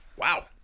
Wow